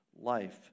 life